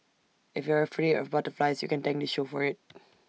if you're afraid of butterflies you can thank this show for IT